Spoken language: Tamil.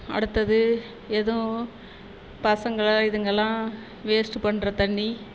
அடுத்தது எதுவும் பசங்களை இதுங்கெல்லாம் வேஸ்ட்டு பண்ணுற தண்ணி